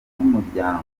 n’umuryango